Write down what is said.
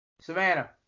Savannah